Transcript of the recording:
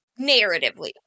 narratively